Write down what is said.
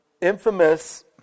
infamous